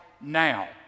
now